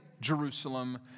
Jerusalem